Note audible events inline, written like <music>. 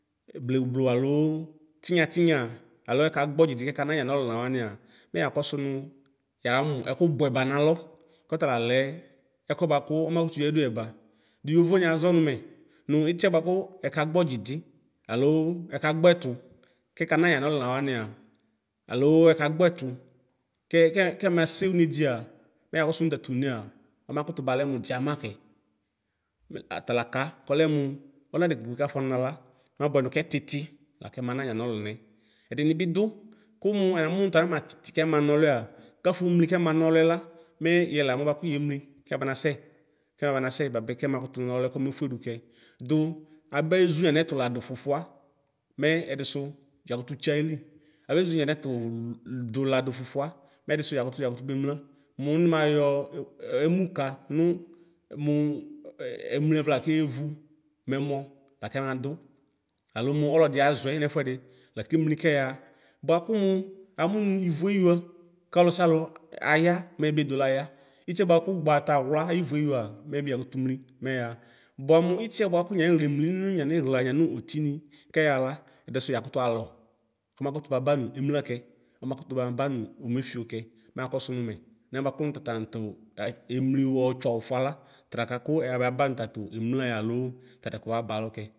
Blewʋ blewʋ alo tinya tinyaa alo ɛkagbɔdzidi kɛkama yanɔ wania mɛ yakɔsʋ nʋ yamʋ ɛkʋ bʋɛba nalɔ kɔtalalɛ ɛkʋɛ bʋakʋ ɔmakʋtʋ yadʋyɛ ba dʋ yovo ni azɔ nʋ mɛ nitiɛ bʋakʋ ɛka gbɔdzidi alo ɛkagbɛtʋ kakana yanɔlʋna wania alo ɛkagbɔɛtʋ kɛ kɛmasɛ ʋnedia mɛ yakɔsʋ nʋ tatʋ ʋnea ɔmakʋtʋ malɛ mʋ diama kɛ talaka kɔlɛ mʋ ɔlʋna dekpekpe kafɔ nala mabʋɛ nʋ kɛtiti kɛ mana yanɔlʋnɛ ɛdini bi dʋ kʋmʋ amʋ nʋ tanama titi kɛma ɔlʋɛ kafomli kɛmana ɔlʋɛla mɛyɛ layamʋ alɛ bʋakʋ yemli kɛbanasɛ kɛbanasɛ bʋapɛ kɛ makʋtʋ nɔlʋɛ kɔme fʋɛdʋ kɛ dʋ abezʋ yanɛtʋ ladʋ fʋfʋa mɛ ɛdisʋ yakʋtʋ bemla mʋ nimaya emʋka nʋ mʋ <hesitation> emli ɛvla kevʋ mɛmɔ lakɛ nadʋ alo mʋ ɔlɔdi azɔɛ nɛfʋɛdi lakemli keyaxa bʋa kʋmʋ amʋ nʋ ivʋe wia kɔlʋsialʋ aya mɛ yɛbi edolaya itiɛ bʋakʋ ʋgbatawla ayivʋ ewia mɛ yɛbi yakʋtʋ mli mɛyaxa bʋamʋ itiɛbʋakʋ yanixla emlinʋ yanixla yanʋ otini kɛyaxla ɛdisʋ yakʋtʋ alɔ kɔmakʋtʋ babanʋ emla kɛ ɔmakʋtʋ mabanʋ ʋvʋ ɔmefiɔkɛ mɛ akɔsʋ nʋ mɛ nɛ bʋakʋ nʋ tatatʋ emli ɔtsɔ wʋfʋala trakaki ɛyaba nʋ tatʋ emlaɛ alo tatɛkʋ waba lɔkɛ.